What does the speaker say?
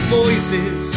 voices